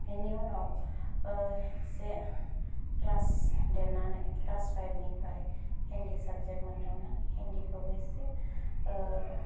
बेनि उनाव एसे क्लास देरनानै क्लास फाइफनिफ्राय हिन्दी साबजेक्ट मोन्दोमोन हिन्दीखोबो एसे